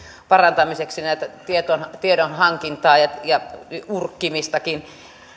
parantamiseksi tiedon hankintaa ja ja urkkimistakin